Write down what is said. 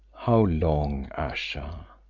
how long, ayesha?